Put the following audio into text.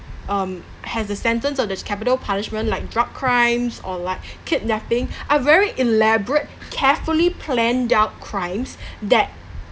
um has a sentence of this capital punishment like drug crimes or like kidnapping are very elaborate carefully planned out crimes that